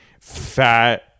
fat